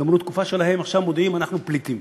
גמרו את התקופה שלהם ועכשיו מודיעים: אנחנו פליטים.